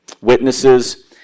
witnesses